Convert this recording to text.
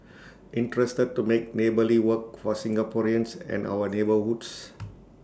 interested to make neighbourly work for Singaporeans and our neighbourhoods